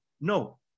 No